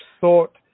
thought